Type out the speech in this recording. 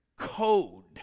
code